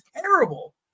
terrible